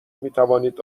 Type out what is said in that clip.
میتوانید